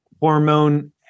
hormone